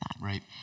Right